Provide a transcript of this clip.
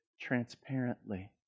transparently